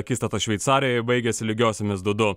akistata šveicarijoje baigėsi lygiosiomis du du